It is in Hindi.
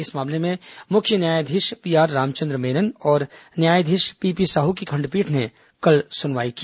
इस मामले में मुख्य न्यायाधीश पीआर रामचंद्र मेनन और न्यायाधीश पीपी साहू की खंडपीठ ने कल सुनवाई की